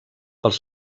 pels